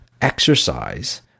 exercise